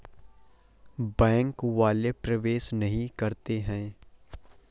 Bank वाले प्रवेश नहीं करते हैं?